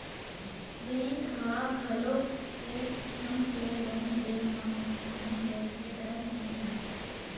bank ह घलोक ए किसम के लोन दे म नुकसानी होए के डर नइ रहय